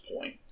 point